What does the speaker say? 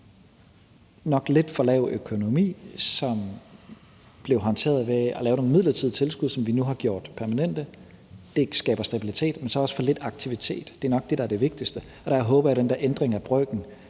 nok lidt for lille økonomi, som blev håndteret ved at lave nogle midlertidige tilskud, som vi nu har gjort permanente. Det skaber stabilitet, men så også for lidt aktivitet. Det er nok det, der er det vigtigste. Og der håber jeg, den der ændring af brøken,